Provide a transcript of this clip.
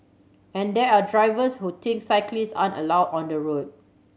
and there are drivers who think cyclists aren't allowed on the road